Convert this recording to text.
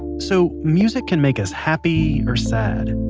so music can make us happy or sad.